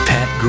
Pat